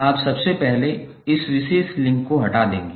आप सबसे पहले इस विशेष लिंक को हटा देंगे